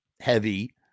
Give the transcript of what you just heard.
heavy